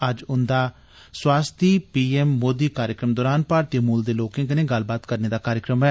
अज्ज उंदा ''सावसडी पीएम मोदी'' कार्यक्रम दरान भारतीय मूल दे लोकें कन्नै गल्लबात करने दा कार्यक्रम ऐ